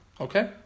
Okay